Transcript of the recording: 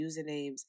usernames